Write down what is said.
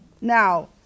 Now